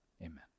Amen